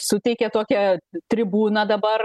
suteikia tokią tribūną dabar